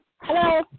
Hello